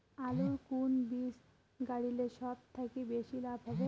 আলুর কুন বীজ গারিলে সব থাকি বেশি লাভ হবে?